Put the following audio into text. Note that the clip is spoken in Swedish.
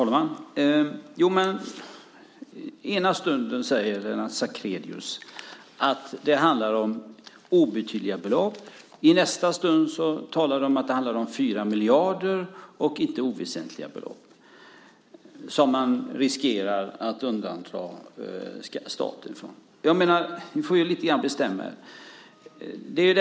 Herr talman! Ena stunden säger Lennart Sacrédeus att det handlar om obetydliga belopp. Nästa stund talar du om att det handlar om 4 miljarder och inte oväsentliga belopp som man riskerar att undanhålla staten. Ni får ju bestämma er, menar jag.